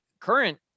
current